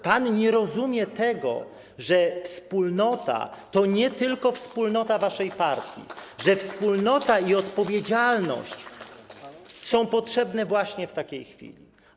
Pan nie rozumie tego, że wspólnota to nie tylko wspólnota waszej partii, że wspólnota i odpowiedzialność są potrzebne właśnie w takiej chwili.